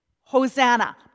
Hosanna